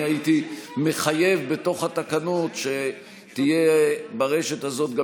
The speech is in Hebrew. אני הייתי מחייב בתוך התקנות שתהיה ברשת הזאת גם